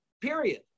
period